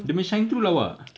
dia punya shine through lawa tak